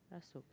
Rasuk